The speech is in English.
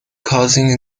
causing